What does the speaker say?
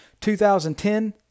2010